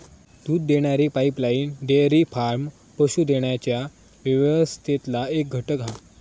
दूध देणारी pipeline dairy farm पशू देण्याच्या व्यवस्थेतला एक घटक हा